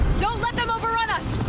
don't let them overrun us!